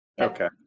Okay